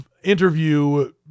interview